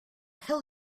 hell